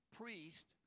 priest